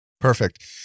Perfect